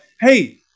hey